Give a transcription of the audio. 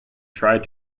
tried